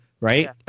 right